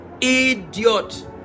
idiot